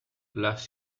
las